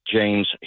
James